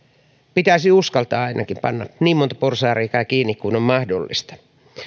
pitäisi ainakin uskaltaa panna niin monta porsaanreikää kiinni kuin on mahdollista